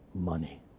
money